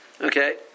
Okay